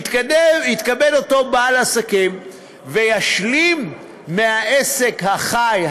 יתכבד אותו בעל עסקים וישלים מהעסק החי,